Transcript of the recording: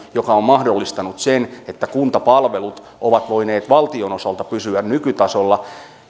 mikä on mahdollistanut sen että kuntapalvelut ovat voineet valtion osalta pysyä nykytasolla